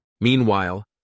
Meanwhile